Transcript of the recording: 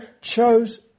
chose